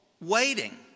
waiting